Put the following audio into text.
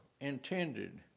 intended